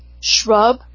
shrub